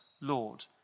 Lord